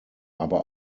aber